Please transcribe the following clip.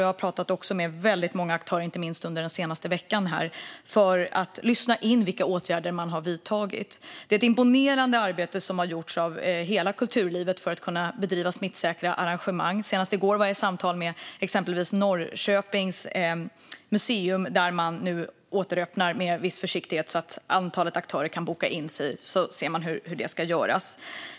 Jag har också pratat med väldigt många aktörer, inte minst under den senaste veckan, för att lyssna in vilka åtgärder som man har vidtagit. Det är ett imponerande arbete som har gjorts av hela kulturlivet för att kunna bedriva smittsäkra arrangemang. Senast i går samtalade jag med Arbetets museum i Norrköping som nu åter öppnar med viss försiktighet så att aktörer kan boka in sig, så får man se hur det ska göras.